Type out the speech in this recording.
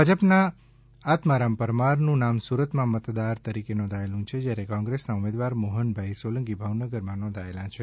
ભાજપના આત્મારામ પરમાર નું નામ સુરતમાં મતદાર તરીકે નોંધાયેલું છે જ્યારે કોંગ્રેસના ઉમેદવાર મોહનભાઇ સોલંકી ભાવનગરમાં નોંધાયેલા છે